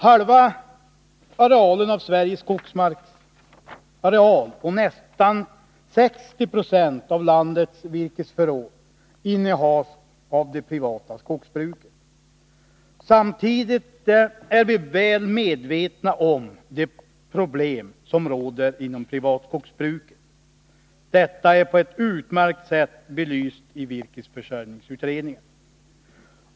Hälften av Sveriges skogsmarksareal, och nästan 60 96 av landets virkesförråd, innehas av det privata skogsbruket. Samtidigt är vi väl medvetna om de problem som råder inom privatskogsbruket; detta är på ett utmärkt sätt belyst i virkesförsörjningsutredningen.